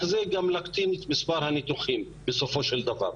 זה גם להקטין את המספר הניתוחים בסופו של דבר.